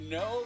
no